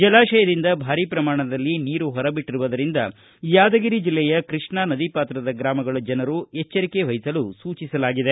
ಜಲಾಶಯದಿಂದ ಭಾರಿ ಪ್ರಮಾಣದಲ್ಲಿ ನೀರು ಹೊರಬಿಟ್ಟರುವುದರಿಂದ ಯಾದಗಿರಿ ಜಿಲ್ಲೆಯ ಕೃಷ್ಣಾ ನದಿ ಪಾತ್ರದ ಗ್ರಾಮಗಳ ಜನರು ಎಚ್ಚರಿಕೆವಹಿಸಲು ಸೂಚಿಸಲಾಗಿದೆ